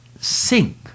sink